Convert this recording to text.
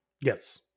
Yes